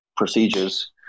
procedures